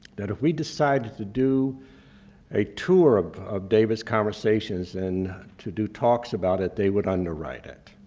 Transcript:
that if we decided to do a tour of of david's conversations and to do talks about it, they would underwrite it.